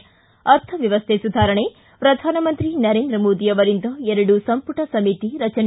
ಿ ಅರ್ಥವ್ಯವನ್ನೆ ಸುಧಾರಣೆ ಪ್ರಧಾನಮಂತ್ರಿ ನರೇಂದ್ರ ಮೋದಿ ಅವರಿಂದ ಎರಡು ಸಂಪುಟ ಸಮಿತಿ ರಚನೆ